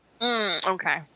Okay